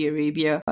Arabia